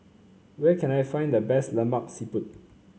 where can I find the best Lemak Siput